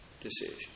decision